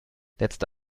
letzte